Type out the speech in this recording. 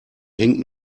hängt